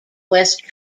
west